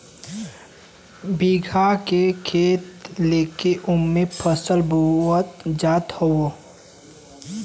बीघा के खेत लेके ओमे फसल बोअल जात हौ